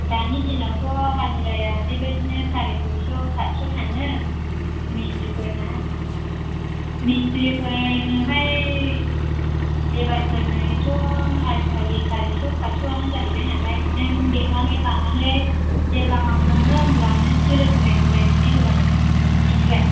दानि दिनावथ' हाजिराया बेबायदिनो साराइ सयस' साटस' थाङो मिस्ट्रिफोरना मिस्ट्रिफोरनोहाय लेबारफोरनोथ' आजिखालि सारिस' पासस' आनो जाहैबाय नालाय नों लेंनानै लानानै जेब्ला मावङो होनब्ला नों थिग रोखोमै बुजायनानै होबानो जाबाय मिथिबाय